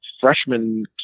freshman